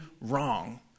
wrong